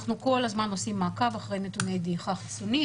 אנחנו כל הזמן עושים מעקב אחרי נתוני דעיכה חיסונית,